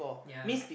ya